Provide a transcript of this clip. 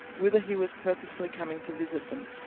whither he was purposely coming to visit them.